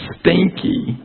stinky